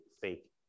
fake